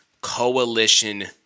Coalition